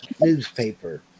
newspaper